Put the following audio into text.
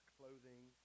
clothing